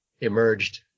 emerged